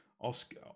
Oscar